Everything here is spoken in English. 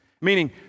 meaning